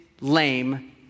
lame